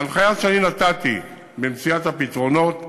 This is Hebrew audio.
ההנחיה שנתתי במציאת הפתרונות: